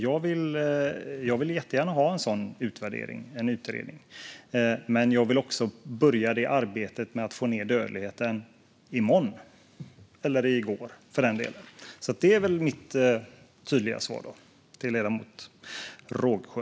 Jag vill jättegärna ha en sådan utvärdering och en utredning. Men jag vill också börja arbetet med att få ned dödligheten i morgon, eller för den delen i går. Det är mitt tydliga svar till ledamoten Rågsjö.